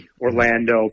Orlando